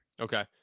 okay